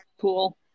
Pool